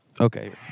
Okay